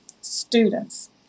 students